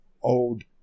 old